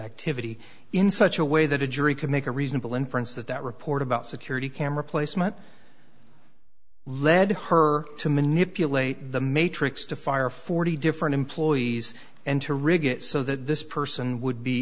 activity in such a way that a jury could make a reasonable inference that that report about security camera placement led her to manipulate the matrix to fire forty different employees and to rig it so that this person would be